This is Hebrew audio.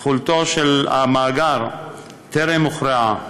תכולתו של המאגר טרם הוכרעה,